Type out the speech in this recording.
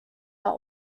are